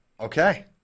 Okay